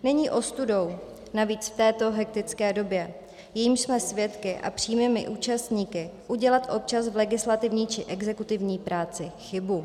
Není ostudou, navíc v této hektické době, jejíž jsme svědky a přímými účastníky, udělat občas v legislativní či exekutivní práci chybu.